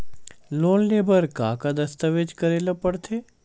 Loan ले बर का का दस्तावेज करेला पड़थे?